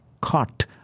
caught